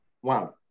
one